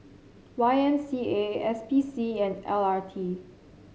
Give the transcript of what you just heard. Y M C A S P C and L R T